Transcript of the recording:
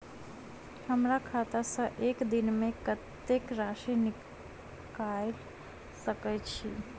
हमरा खाता सऽ एक दिन मे कतेक राशि निकाइल सकै छी